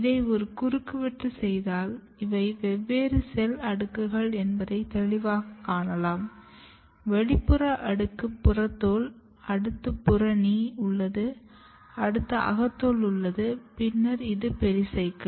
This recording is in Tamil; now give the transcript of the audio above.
இதை ஒரு குறுக்குவெட்டு செய்தால் இவை வெவ்வேறு செல் அடுக்குகள் என்பதை தெளிவாகக் காணலாம் வெளிப்புற அடுக்கு புறத்தோல் அடுத்து புறணி உள்ளது அடுத்து அகத்தோல் உள்ளது பின்னர் இது பெரிசைக்கிள்